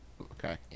Okay